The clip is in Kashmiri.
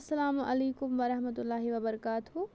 السلام علیکُم ورحمت اللہ وبرکاتہ